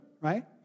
right